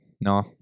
no